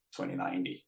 2090